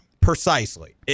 Precisely